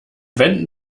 wenden